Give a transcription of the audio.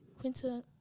Quinta